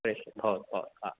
प्रेषय भवतु भवतु आ आ